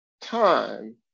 time